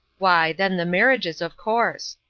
why, then the marriages, of course.